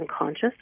unconscious